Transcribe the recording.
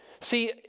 See